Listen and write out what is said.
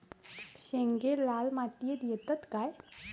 शेंगे लाल मातीयेत येतत काय?